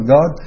God